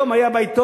היום היה בעיתון,